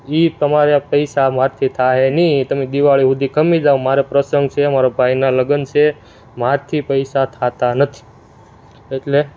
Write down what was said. એ તમારા પૈસા મારથી થશે નહીં તમે દિવાળી સુધી ખમી જાઓ મારે પ્રસંગ છે મારા ભાઈનાં લગ્ન છે મારાથી પૈસા થતા નથી એટલે